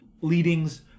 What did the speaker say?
leadings